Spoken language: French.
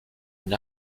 une